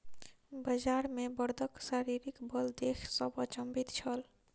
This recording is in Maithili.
बजार मे बड़दक शारीरिक बल देख सभ अचंभित छल